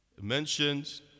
mentions